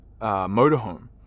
motorhome